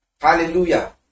Hallelujah